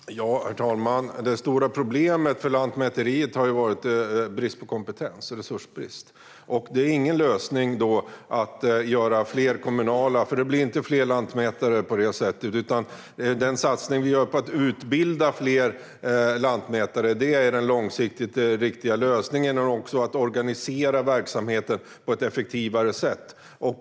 Herr talman! Det stora problemet för Lantmäteriet har varit brist på kompetens och resurser. Det är ingen lösning att göra fler kommunala lantmäterier, för det blir inte fler lantmätare på det sättet. Den satsning vi gör på att utbilda fler lantmätare är den långsiktigt riktiga lösningen för att organisera verksamheten på ett effektivare sätt.